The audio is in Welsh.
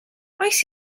oes